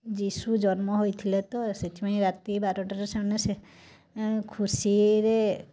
ଯୀଶୁ ଜନ୍ମ ହୋଇଥିଲେ ତ ସେଥିପାଇଁ ରାତି ବାରଟାରେ ସେମାନେ ସେ ଖୁସିରେ